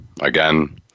again